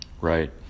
Right